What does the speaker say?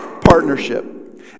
partnership